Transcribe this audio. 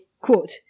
quote